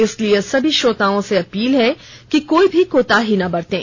इसलिए सभी श्रोताओं से अपील है कि कोई भी कोताही ना बरतें